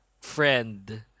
friend